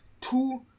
two